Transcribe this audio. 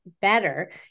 better